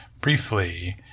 briefly